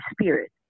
spirit